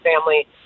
family